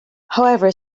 however